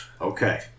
Okay